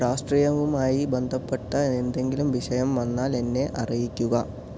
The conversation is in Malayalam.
രാഷ്ട്രീയവുമായി ബന്ധപ്പെട്ട എന്തെങ്കിലും വിഷയം വന്നാൽ എന്നെ അറിയിക്കുക